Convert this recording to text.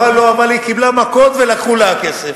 אמרה לו: אבל היא קיבלה מכות ולקחו לה הכסף.